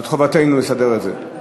זו חובתנו לסדר את זה.